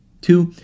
Two